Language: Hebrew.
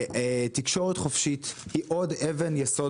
תקשורת חופשית היא עוד אבן יסוד